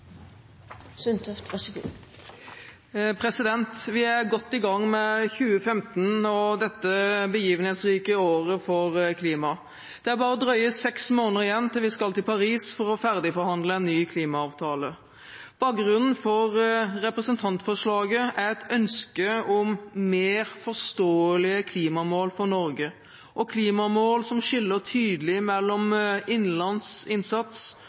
bare drøye seks måneder igjen til vi skal til Paris for å ferdigforhandle en ny klimaavtale. Bakgrunnen for representantforslaget er et ønske om mer forståelige klimamål for Norge og klimamål som skiller tydelig mellom innenlands innsats